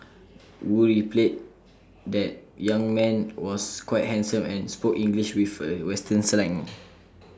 wu relayed that young man was quite handsome and spoke English with A western slang